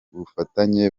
bufatanye